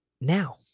now